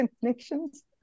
connections